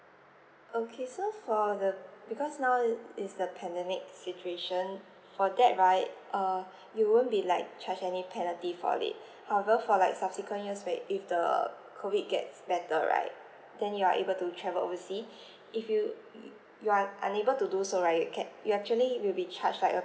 okay so for the because now is is the pandemic situation for that right uh you won't be like charge any penalty for it however for like subsequent years right if the COVID gets better right then you are able to travel oversea if you y~ you are unable to do so right you can you actually will be charged like a